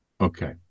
Okay